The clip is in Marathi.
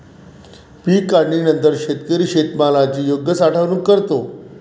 पीक काढणीनंतर शेतकरी शेतमालाची योग्य साठवणूक करतो